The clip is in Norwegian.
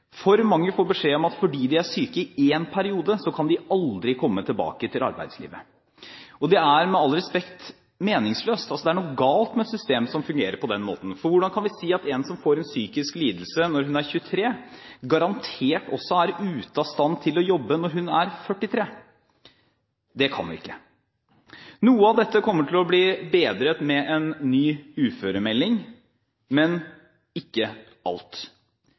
For mange får beskjed om at fordi de er syke i én periode, kan de aldri komme tilbake til arbeidslivet, og det er med all respekt meningsløst. Det er noe galt med et system som fungerer på den måten. For hvordan kan vi si at en som har fått en psykisk lidelse når hun er 23 år, garantert også er ute av stand til å jobbe når hun er 43 år? Det kan vi ikke. Noe av dette kommer til å bli bedret med en ny uføremelding, men ikke alt.